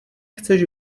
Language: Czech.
chceš